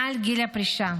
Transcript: מעל גיל הפרישה,